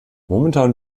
momentan